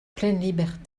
pleine